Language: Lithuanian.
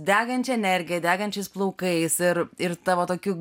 degančia energija degančiais plaukais ir ir tavo tokiu